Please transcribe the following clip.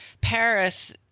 Paris